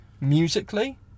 musically